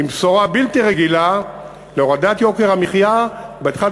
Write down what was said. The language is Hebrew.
עם בשורה בלתי רגילה של הורדת יוקר המחיה באחד